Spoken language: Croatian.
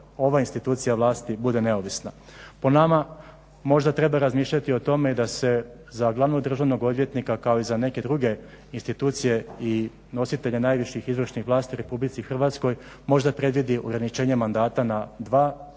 ova institucija vlasti bude neovisna. Po nama možda treba razmišljati i o tome da se za Glavnog državnog odvjetnika kao i za neke druge institucije i nositelje najviših izvršnih vlasti u RH možda predvidi ograničenje mandata na 2